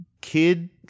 kid